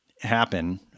happen